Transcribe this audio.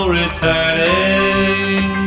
returning